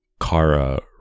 Kara